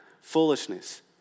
foolishness